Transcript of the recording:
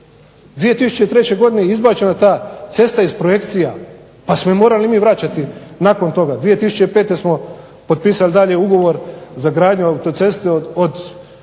2003. godine je izbačena ta cesta iz projekcija pa smo je morali mi vraćati nakon toga. 2005. smo potpisali daljnji ugovor za gradnju autoceste od